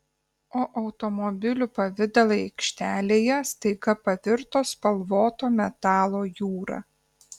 o automobilių pavidalai aikštelėje staiga pavirto spalvoto metalo jūra